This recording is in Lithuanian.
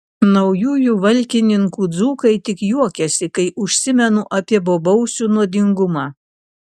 naujųjų valkininkų dzūkai tik juokiasi kai užsimenu apie bobausių nuodingumą